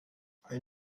ein